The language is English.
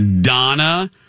Donna